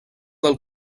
del